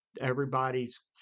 everybody's